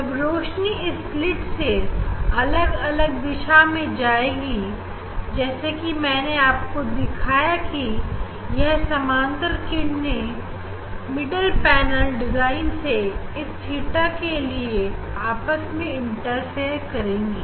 जब रोशनी इस स्लीट अलग दिशा में जाएगी तब जैसे कि मैंने आपको दिखाया की यह समांतर किरने मिडल पैनल डिजाइन से इस theta के लिए आपस में इंटरफेयर करेंगे